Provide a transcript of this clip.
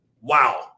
Wow